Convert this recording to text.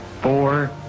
four